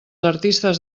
artistes